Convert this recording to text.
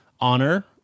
honor